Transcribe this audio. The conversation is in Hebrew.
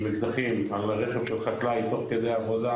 עם אקדחים על רכב של חקלאי תוך כדי עבודה,